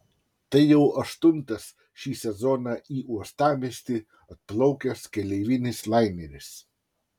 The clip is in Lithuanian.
tai jau aštuntas šį sezoną į uostamiestį atplaukęs keleivinis laineris